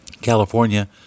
California